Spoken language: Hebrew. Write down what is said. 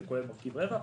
זה כולל מרכיב רווח.